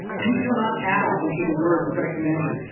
ye shall not add unto the word which i command you,